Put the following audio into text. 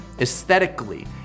aesthetically